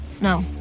No